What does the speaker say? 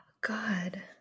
God